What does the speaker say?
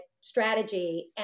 strategy